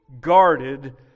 guarded